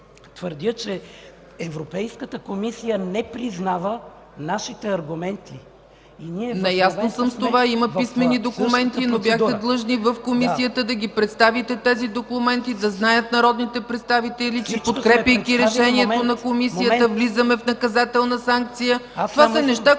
твърдя, че Европейската комисия не признава нашите аргументи.